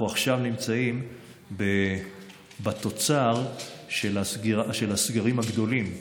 אנחנו עכשיו נמצאים בתוצר של הסגרים הגדולים,